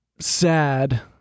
sad